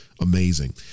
Amazing